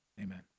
amen